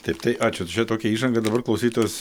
taip tai ačiū čia tokia įžanga dabar klausytojus